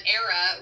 era